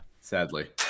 Sadly